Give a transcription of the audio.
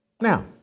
Now